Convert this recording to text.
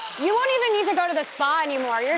you won't even need to go to the spa anymore, yeah